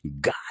god